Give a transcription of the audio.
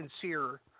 sincere